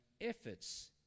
efforts